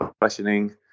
questioning